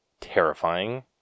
terrifying